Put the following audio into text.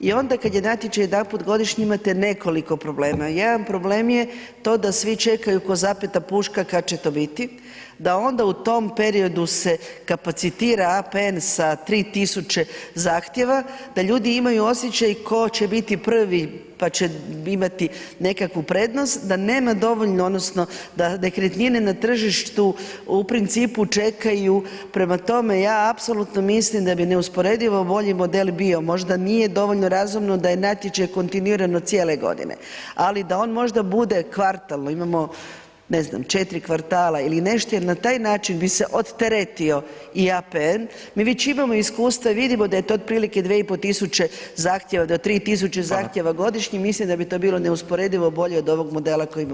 Jer onda kad je natječaj jedanput godišnje, imate nekoliko problema, jedan problem je to da svi čekaju kao zapeta puška kad će to biti, da onda u tom periodu se kapacitira APN sa 3000 zahtjeva, da ljudi imaju osjećaj tko će biti prvi pa će imati nekakvu prednost, da nema dovoljno odnosno da nekretnine na tržištu u principu čekaju prema tome, ja apsolutno mislim da bi neusporedivo bolji model bio možda nije dovoljno razumno da je natječaj kontinuirano cijele godine, ali da on možda bude kvartalno, imamo ne znam, 4 kvartala ili nešto i na taj način bi se oteretio i APN, mi već imamo iskustva i vidimo da je to otprilike 2500 zahtjeva do 3000 zahtjeva godišnje, mislim da bi to bilo neusporedivo bolje od ovog modela kojeg imamo sad.